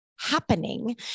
happening